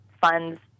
funds